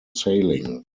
sailing